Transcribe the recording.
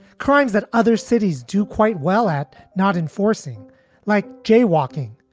crimes that other cities do quite well at. not enforcing like jaywalking.